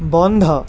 বন্ধ